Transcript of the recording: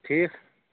ٹھیٖک